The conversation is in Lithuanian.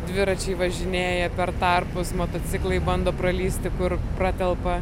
dviračiai važinėja per tarpus motociklai bando pralįsti kur pratelpa